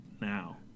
now